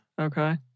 Okay